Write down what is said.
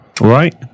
Right